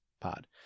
Pod